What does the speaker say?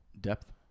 Depth